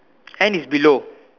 and is below